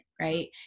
right